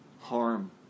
harm